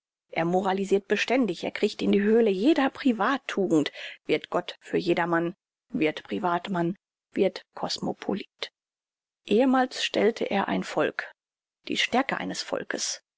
er moralisirt beständig er kriecht in die höhle jeder privattugend wird gott für jedermann wird privatmann wird kosmopolit ehemals stellte er ein volk die stärke eines volkes